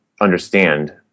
understand